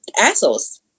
assholes